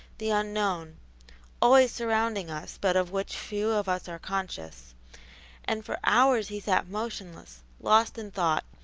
the unknown always surrounding us, but of which few of us are conscious and for hours he sat motionless, lost in thought,